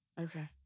Okay